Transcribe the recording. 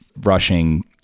rushing